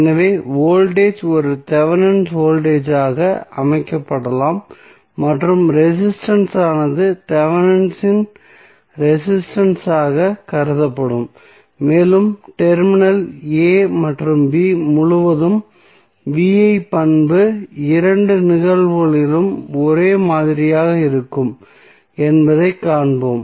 எனவே வோல்டேஜ் ஒரு Thevenin voltage ஆக அமைக்கப்படலாம் மற்றும் ரெசிஸ்டன்ஸ் ஆனது தெவெனின் ரெசிஸ்டன்ஸ் ஆகக் கருதப்படும் மேலும் டெர்மினல் a மற்றும் b முழுவதும் V I பண்பு இரண்டு நிகழ்வுகளிலும் ஒரே மாதிரியாக இருக்கும் என்பதைக் காண்போம்